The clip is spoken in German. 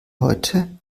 heute